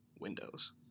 Windows